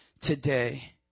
today